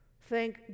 Thank